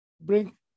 bring